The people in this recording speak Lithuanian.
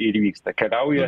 ir įvyksta keliauja